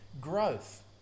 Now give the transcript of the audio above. growth